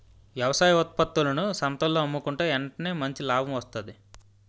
వ్యవసాయ ఉత్త్పత్తులను సంతల్లో అమ్ముకుంటే ఎంటనే మంచి లాభం వస్తాది